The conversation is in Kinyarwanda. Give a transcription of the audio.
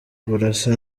burasa